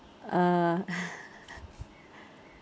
uh